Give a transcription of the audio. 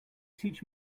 teach